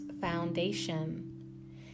foundation